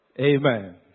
Amen